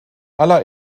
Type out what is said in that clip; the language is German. aller